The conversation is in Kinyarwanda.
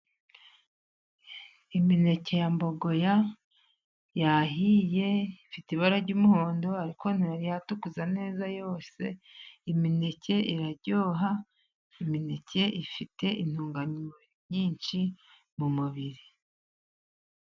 Imineke ya mbogoya yahiye ifite ibara ry'umuhondo, ariko ntiyari yatukura neza yose. Imineke iraryoha, imineke ifite intungamubiri nyinshi mu mubiri.